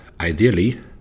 ideally